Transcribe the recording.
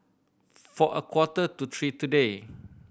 for a quarter to three today